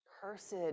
Cursed